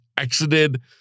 exited